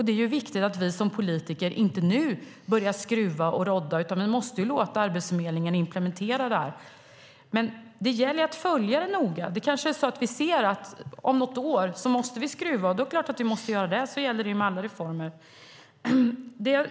Det är viktigt att vi som politiker inte nu börjar skruva och rådda, utan vi måste låta Arbetsförmedlingen implementera detta. Men det gäller att följa det noga. Om något år kanske vi ser att vi måste skruva. Då är det klart att vi ska göra det. Det gäller alla reformer.